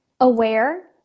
aware